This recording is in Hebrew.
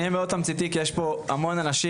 אני אהיה מאוד תמציתי כי יש פה המון אנשים,